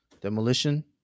Demolition